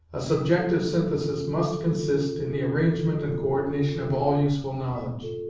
a subjective synthesis must consist in the arrangement and co-ordination of all useful knowledge,